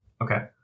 Okay